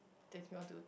then he want to